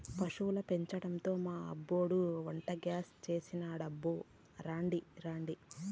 పశుల పెండతో మా అబ్బోడు వంటగ్యాస్ చేసినాడబ్బో రాండి రాండి